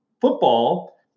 football